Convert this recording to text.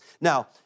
Now